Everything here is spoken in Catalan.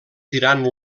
tirant